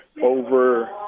over